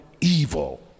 evil